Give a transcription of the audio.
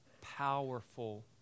powerful